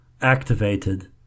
activated